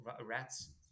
Rats